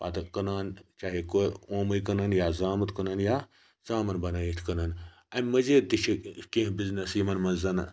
پتہٕ کٕنان چاہے کو اومُے کٕنن یا زامُت کٕنن یا ژامَن بنٲیِتھ کٕنن امہِ مٔزیٖد تہِ چھِ کینٛہہ بِزنٮ۪س یِمن منٛز زن